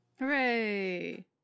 Hooray